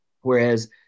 whereas